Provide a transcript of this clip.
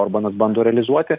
orbanas bando realizuoti